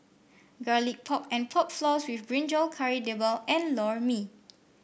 Garlic Pork and Pork Floss with brinjal Kari Debal and Lor Mee